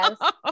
Yes